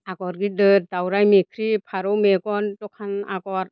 आगर गिदिर दाउराय मोख्रेब फारौ मेगन दखान आगर